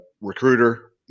recruiter